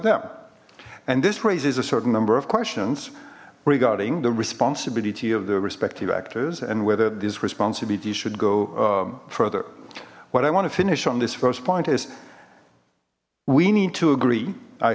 them and this raises a certain number of questions regarding the responsibilities of the respective actors and whether this responsibility should go further what i want to finish on this first point is we need to agree i